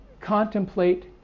contemplate